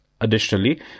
Additionally